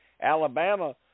Alabama